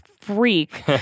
freak